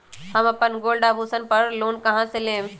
हम अपन गोल्ड आभूषण पर लोन कहां से लेम?